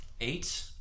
Eight